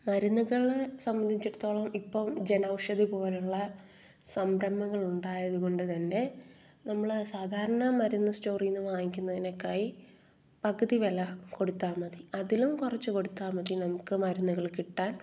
മരുന്നുകൾ സംബന്ധിച്ചിടത്തോളം ഇപ്പം ജനൗഷധി പോലുള്ള സംരഭങ്ങൾ ഉണ്ടായത് കൊണ്ട് തന്നെ നമ്മൾ സാധാരണ മരുന്ന് സ്റ്റോറിന്ന് വാങ്ങിക്കുന്നതിനെക്കായി പകുതി വില കൊടുത്താൽ മതി അതിലും കുറച്ച് കൊടുത്താൽ മതി നമുക്ക് മരുന്നുകൾ കിട്ടാൻ